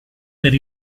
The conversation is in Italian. per